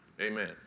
amen